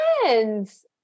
friends